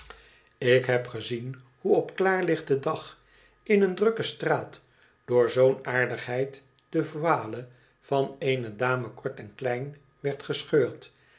ik heb de fielt gezien hoe op klaarlichten dag in een drukke straat door zoo'n aardigheid de voile van eene dame kort en klein werd gescheurd